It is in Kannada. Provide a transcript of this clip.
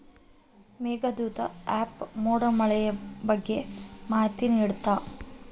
ಮೇಘದೂತ ಆ್ಯಪ್ ಮೋಡ ಮಳೆಯ ಬಗ್ಗೆ ಮಾಹಿತಿ ನಿಡ್ತಾತ